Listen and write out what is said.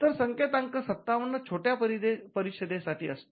तर संकेतांक ५७ छोट्या परिच्छेद साठी असतो